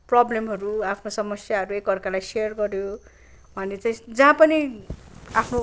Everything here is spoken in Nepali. प्रबलमहरू आफ्नो समस्याहरू एक अर्कालाई सेयर गऱ्यो भने चाहिँ जहाँ पनि आफ्नो